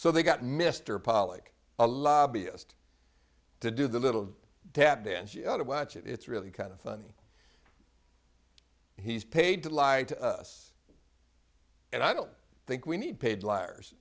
so they got mr pollock a lobbyist to do the little tap dance you know to watch it it's really kind of funny he's paid to lie to us and i don't think we need paid liars